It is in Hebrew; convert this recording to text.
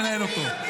לנהל אותו.